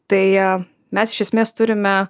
tai mes iš esmės turime